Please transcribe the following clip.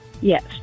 Yes